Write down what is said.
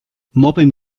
mobbing